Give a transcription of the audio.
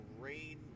rain